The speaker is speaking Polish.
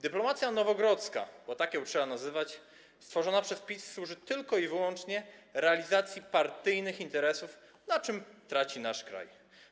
Dyplomacja nowogrodzka, bo tak ją trzeba nazywać, stworzona przez PiS służy tylko i wyłącznie realizacji partyjnych interesów, na czym traci nasz kraj.